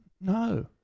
No